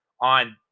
on